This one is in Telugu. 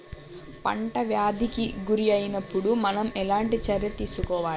పంట వ్యాధి కి గురి అయినపుడు మనం ఎలాంటి చర్య తీసుకోవాలి?